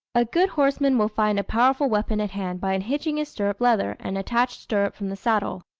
a good horseman will find a powerful weapon at hand by unhitching his stirrup leather and attached stirrup from the saddle.